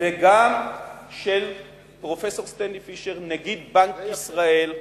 וגם של פרופסור סטנלי פישר, נגיד בנק ישראל,